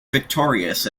victorious